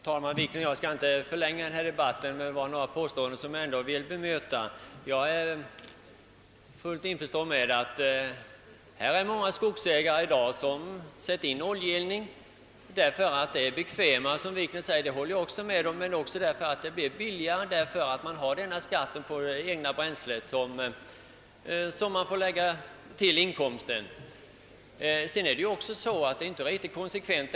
Herr talman! Jag skall inte förlänga denna debatt, men herr Wikner gjorde några påståenden som jag vill bemöta. Jag är fullt införstådd med att det i dag är många skogsägare som Övergår till oljeeldning därför att detta, såsom herr Wikner framhåller, är bekvämare. Men det är också billigare, eftersom värdet av det egna bränsle som man använder lägges till inkomsten. Jag vill i detta sammanhang peka på ett förhållande som inte är riktigt konsekvent.